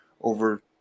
over